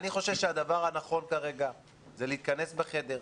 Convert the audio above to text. אני חושב שהדבר הנכון כרגע הוא להתכנס בחדר,